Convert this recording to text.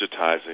digitizing